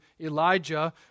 Elijah